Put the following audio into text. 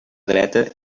dreta